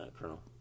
Colonel